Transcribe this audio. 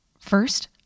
First